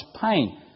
pain